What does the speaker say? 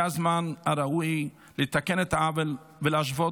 זה הזמן הראוי לתקן את העוול ולהשוות